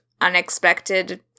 unexpected